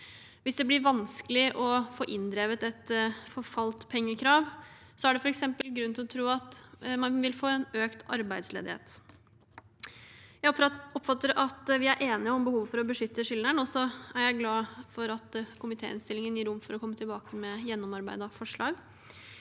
Hvis det blir vanskelig å få inndrevet et forfalt pengekrav, er det f.eks. grunn til å tro at man vil få økt arbeidsledighet. Jeg oppfatter at vi er enige om behovet for å beskytte skyldneren, og så er jeg glad for at komitéinnstillingen gir rom for å komme tilbake med et gjennomarbeidet forslag.